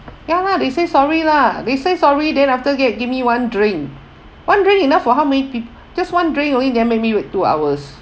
ya lah they say sorry lah they say sorry then after that give me one drink one drink enough for how may peo~ just one drink only then make me wait two hours